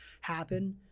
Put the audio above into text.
happen